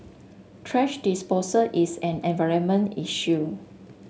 thrash disposal is an environmental issue